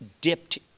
dipped